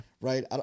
Right